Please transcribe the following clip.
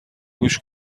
گوش